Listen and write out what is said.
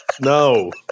no